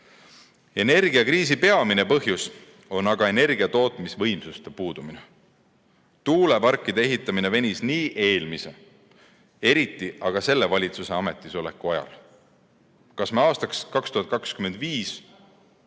Energiakriisi peamine põhjus on aga energiatootmisvõimsuste puudumine. Tuuleparkide ehitamine venis juba eelmise, eriti aga selle valitsuse ametisoleku ajal. Kas me aastaks 2025,